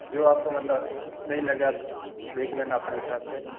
जो आपको मतलब सही लगे आप देख लेना अपने हिसाब से